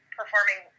performing